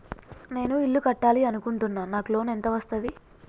నేను ఇల్లు కట్టాలి అనుకుంటున్నా? నాకు లోన్ ఎంత వస్తది?